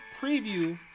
preview